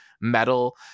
metal